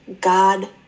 God